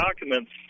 documents